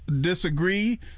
disagree